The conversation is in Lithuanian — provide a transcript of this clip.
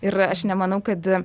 ir aš nemanau kad